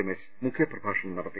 രമേഷ് മുഖ്യപ്രഭാഷണം നട ത്തി